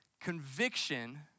Conviction